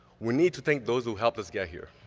we need to thank those who help us get here.